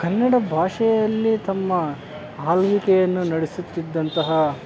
ಕನ್ನಡ ಭಾಷೆಯಲ್ಲಿ ತಮ್ಮ ಆಳ್ವಿಕೆಯನ್ನು ನಡೆಸುತ್ತಿದ್ದಂತಹ